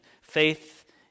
faith